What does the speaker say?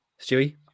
Stewie